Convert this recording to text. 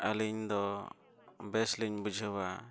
ᱟᱹᱞᱤᱧ ᱫᱚ ᱵᱮᱥ ᱞᱤᱧ ᱵᱩᱡᱷᱟᱹᱣᱟ